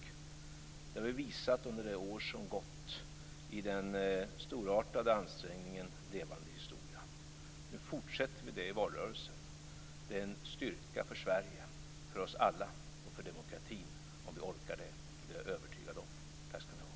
Det har vi visat under det år som gått i den storartade ansträngningen levande historia. Nu fortsätter vi med det i valrörelsen. Det är en styrka för Sverige, för oss alla och för demokratin om vi orkar det, och det är jag övertygad om. Tack skall ni ha!